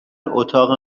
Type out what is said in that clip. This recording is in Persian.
اتاق